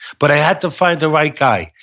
but i had to find the right guy.